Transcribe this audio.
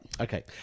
Okay